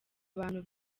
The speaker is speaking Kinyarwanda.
abantu